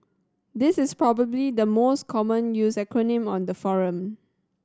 this is probably the most common used acronym on the forum